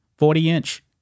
40-inch